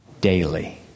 daily